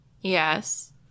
Yes